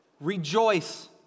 rejoice